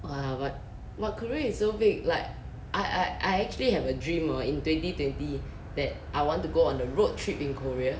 !wah! but !wah! korea is so big like I I I actually have a dream hor in twenty twenty that I want to go on a road trip in korea